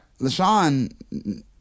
LaShawn